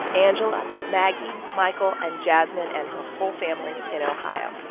angela, maggie, michael and jasmine and her whole family in ohio.